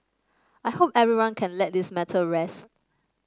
I hope everyone can let this matter rest